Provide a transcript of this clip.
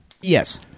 Yes